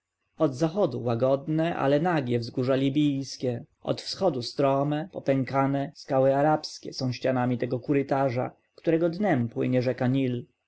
od zachodu łagodne ale nagie wzgórza libijskie od wschodu strome i popękane skały arabskie są ścianami tego korytarza którego dnem płynie